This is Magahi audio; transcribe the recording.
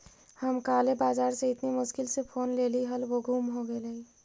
हम काले बाजार से इतनी मुश्किल से फोन लेली हल वो गुम हो गेलई